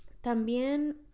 también